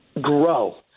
grow